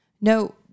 No